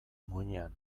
muinean